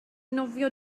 nofio